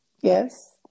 yes